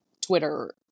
Twitter